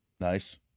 Nice